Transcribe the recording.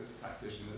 practitioners